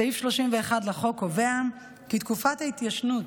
סעיף 31 לחוק קובע כי תקופת ההתיישנות